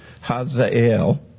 Hazael